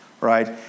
right